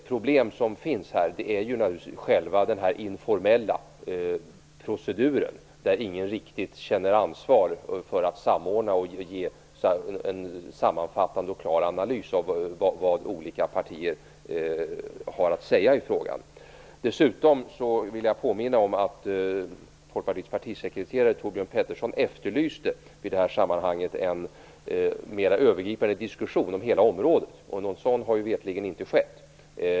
Problemet här är själva den informella proceduren där ingen riktigt känner ansvar för att ge en sammanfattande och klar analys av vad olika partier har att säga i frågan. Dessutom vill jag påminna om att Folkpartiets partisekreterare Torbjörn Pettersson efterlyste en mera övergripande diskussion om hela området. Någon sådan har mig veterligen inte förekommit.